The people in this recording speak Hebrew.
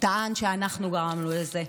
טען שאנחנו גרמנו לזה.